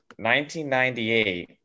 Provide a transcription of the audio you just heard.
1998